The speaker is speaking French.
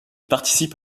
participe